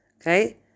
Okay